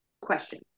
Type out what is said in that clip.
question